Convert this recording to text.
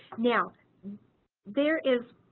now there is